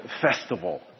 festival